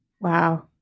Wow